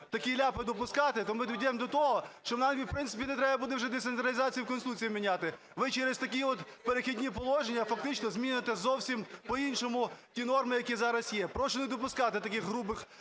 такі ляпи допускати, то ми дійдемо до того, що нам, в принципі, не треба буде вже децентралізацію в Конституції міняти. Ви через такі "Перехідні положення", фактично, зміните зовсім по-іншому ті норми, які зараз є. Прошу не допускати таких грубих